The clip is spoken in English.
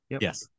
Yes